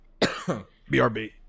BRB